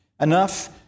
enough